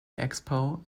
expo